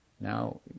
Now